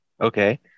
Okay